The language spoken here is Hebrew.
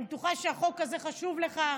אני בטוחה שהחוק הזה חשוב לך.